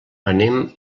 anem